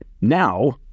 now